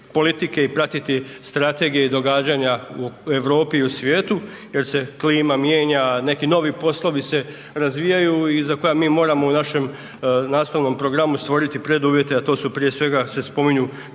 i pratiti strategije i događanja u Europi i u svijetu jer se klima mijenja, neki novi poslovi se razvijaju i za koja mi moramo u našem nastavnom programu stvoriti preduvjete, a to su prije svega se spominju